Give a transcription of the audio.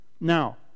Now